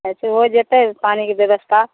अच्छा हो जयतै पानीके व्यवस्था